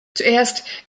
zuerst